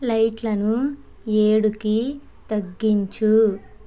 లైట్లను ఏడుకి తగ్గించు